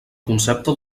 concepte